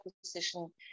position